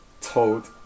told